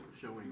showing